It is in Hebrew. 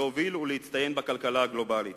להוביל ולהצטיין בכלכלה הגלובלית.